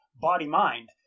body-mind